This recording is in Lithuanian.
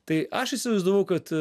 tai aš įsivaizdavau kad